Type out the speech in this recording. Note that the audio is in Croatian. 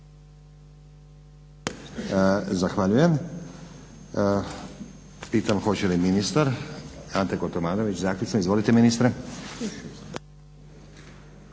Zahvaljujem. Pitam hoće li ministar Ante Kotromanović zaključno? Izvolite ministre.